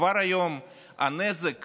כבר היום הנזק